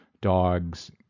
dogs